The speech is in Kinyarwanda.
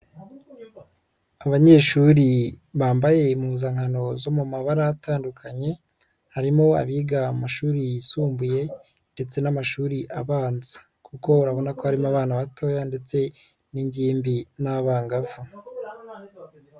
Abanyeshuri bambaye impuzankano zo mu mabara atandukanye, harimo abiga amashuri yisumbuye ndetse n'amashuri abanza kuko urabona ko harimo abana batoya ndetse n'ingimbi n'abangavu.